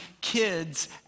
kids